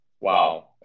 wow